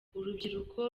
urubyiruko